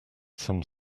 some